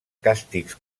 càstigs